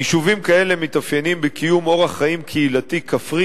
יישובים כאלה מתאפיינים בקיום אורח חיים קהילתי כפרי